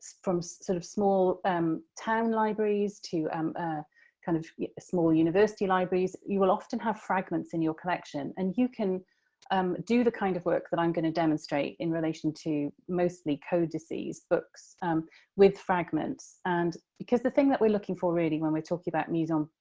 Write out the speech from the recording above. from, sort of, small um town libraries to um ah kind of small university libraries, you will often have fragments in your collection and you can um do the kind of work that i'm going to demonstrate in relation to mostly codices books with fragments. and because the thing that we're looking for, really, when we're talking about mise-en-page, um